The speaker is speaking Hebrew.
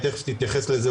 היא תכף תתייחס לזה,